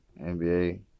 NBA